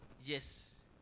Yes